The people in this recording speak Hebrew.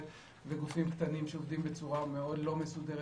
וגופים קטנים שעובדים בצורה מאוד לא מסודרת,